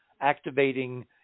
activating